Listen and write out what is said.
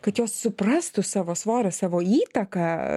kad jos suprastų savo svorio savo įtaką